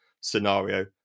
scenario